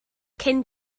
cyn